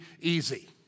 easy